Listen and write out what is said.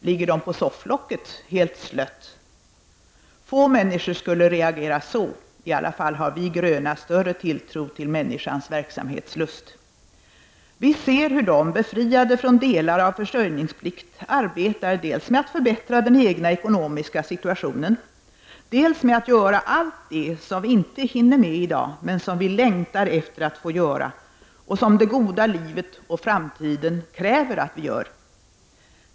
Ligger de på sofflocket helt slött? Få människor skulle reagera så; i alla fall har vi gröna större tilltro till människans verksamhetslust. Vi ser hur de, befriade från delar av försörjningsplikt arbetar dels med att förbättra den egna ekonomiska situationen, dels med att göra allt det som vi inte hinner med i dag, men som vi längtar efter att få göra och som det goda livet och framtiden kräver att vi gör.